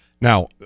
Now